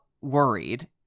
worried